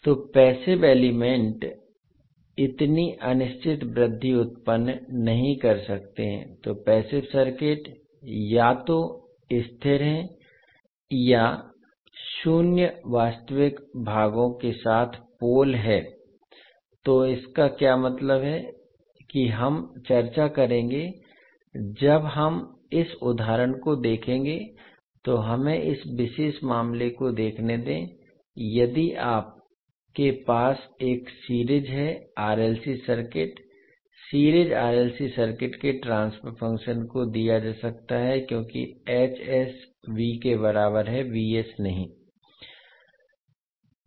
तो passive element इतनी अनिश्चित वृद्धि उत्पन्न नहीं कर सकते हैं तो पैसिव सर्किट या तो स्थिर हैं या शून्य वास्तविक भागों के साथ पोल हैं तो इसका क्या मतलब है कि हम चर्चा करेंगे जब हम इस उदाहरण को देखेंगे तो हमें इस विशेष मामले को देखने दें यदि आपके पास एक सीरीज है RLC circuit series RLC circuit के ट्रांसफर फंक्शन को दिया जा सकता है क्योंकि hs v के बराबर है v s नहीं